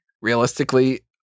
realistically